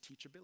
teachability